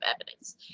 evidence